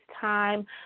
time